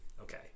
okay